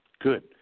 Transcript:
Good